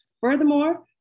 Furthermore